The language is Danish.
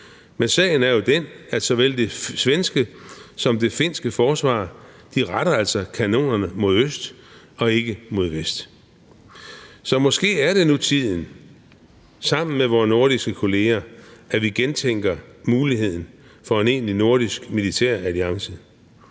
Men sagen er jo altså den, at såvel det svenske som det finske forsvar retter kanonerne mod øst og ikke mod vest. Så måske er det nu tiden til, at vi sammen med vores nordiske kolleger gentænker muligheden for en egentlig nordisk militæralliance.